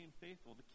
faithful